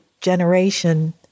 generation